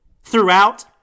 throughout